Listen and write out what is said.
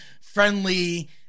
friendly